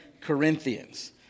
Corinthians